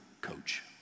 coach